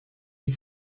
die